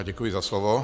Děkuji za slovo.